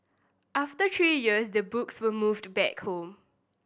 after three years the books were moved back home